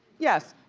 yes,